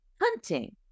hunting